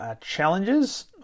challenges